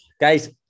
Guys